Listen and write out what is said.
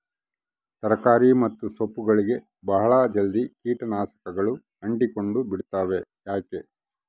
ತರಕಾರಿ ಮತ್ತು ಸೊಪ್ಪುಗಳಗೆ ಬಹಳ ಜಲ್ದಿ ಕೇಟ ನಾಶಕಗಳು ಅಂಟಿಕೊಂಡ ಬಿಡ್ತವಾ ಯಾಕೆ?